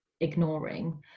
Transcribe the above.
ignoring